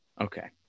Okay